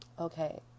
Okay